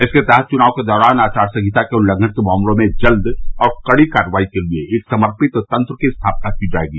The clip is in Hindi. इसके तहत चुनाव के दौरान आचार संहिता के उल्लंघन के मामलों में जल्द और कड़ी कार्रवाई के लिए एक समर्पित तंत्र की स्थापना की जाएगी